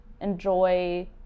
enjoy